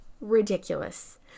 ridiculous